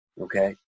Okay